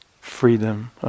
Freedom